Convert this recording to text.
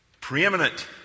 Preeminent